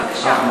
בבקשה.